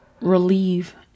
relieve